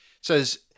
says